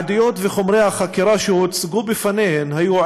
העדויות וחומרי החקירה שהוצגו בפניהן היו